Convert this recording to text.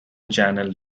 channels